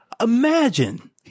imagine